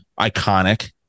iconic